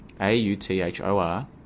A-U-T-H-O-R